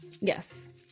Yes